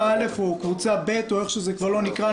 א' או קבוצה ב' או איך שזה כבר לא נקרא,